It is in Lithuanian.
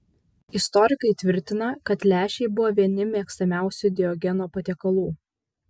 istorikai tvirtina kad lęšiai buvo vieni mėgstamiausių diogeno patiekalų